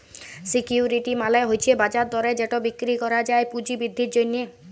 security মালে হছে বাজার দরে যেট বিক্কিরি ক্যরা যায় পুঁজি বিদ্ধির জ্যনহে